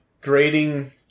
Grading